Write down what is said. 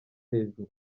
hejuru